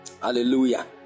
hallelujah